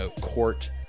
court